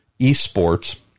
eSports